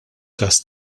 każ